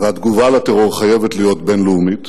והתגובה על הטרור חייבת להיות בין-לאומית